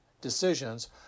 decisions